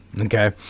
Okay